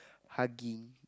hugging